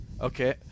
Okay